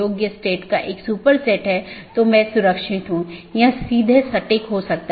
अन्यथा पैकेट अग्रेषण सही नहीं होगा